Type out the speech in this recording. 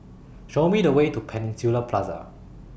Show Me The Way to Peninsula Plaza